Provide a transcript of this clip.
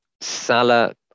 Salah